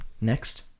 Next